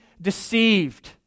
deceived